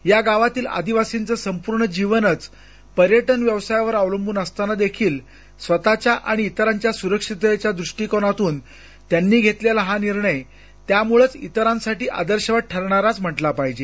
या गावातील आदिवासाचं संपूर्ण जीवनच पर्यटन व्यवसायावर अवलंबुन असताना देखील स्वतःच्या आणि इतरांच्याही सुरक्षिततेच्या द्रष्टिकोनातुन त्यांनी घेतलेला हा निर्णय त्यामुळच इतरांसाठी आदर्शवत ठरणारा म्हटला पाहिजे